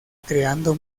creando